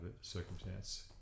circumstance